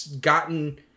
gotten